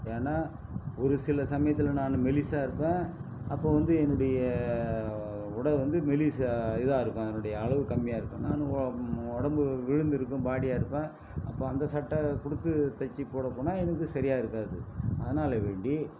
ஏன்னால் ஒரு சில சமயத்தில் நான் மெலிதா இருப்பேன் அப்போ வந்து என்னுடைய உடை வந்து மெலிதா இதாக இருக்கும் என்னுடைய அளவு கம்மியாக இருக்கும் நான் ஒம் உடம்பு விழுந்து இருக்கும் பாடியாக இருப்பேன் அப்போ அந்த சட்டை கொடுத்து தச்சு போட போனால் எனக்கு சரியாக இருக்காது அதனால் வேண்டி